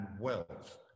wealth